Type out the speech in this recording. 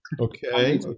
okay